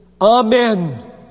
Amen